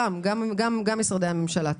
גם משרדי הממשלה.